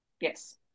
Yes